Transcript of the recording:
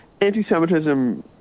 anti-Semitism